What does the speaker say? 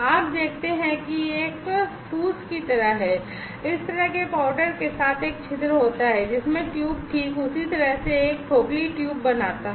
आप देखते हैं कि यह एक फूस की तरह है इस तरह के पाउडर के साथ एक छिद्र होता है जिसमें ट्यूब ठीक उसी तरह से एक खोखली ट्यूब बनाता है